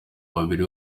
babiri